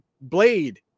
blade